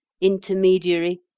intermediary